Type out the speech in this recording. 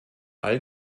all